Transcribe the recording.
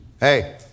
Hey